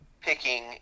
picking